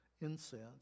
incense